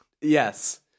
Yes